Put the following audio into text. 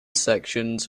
sections